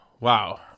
Wow